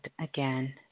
again